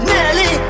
Nelly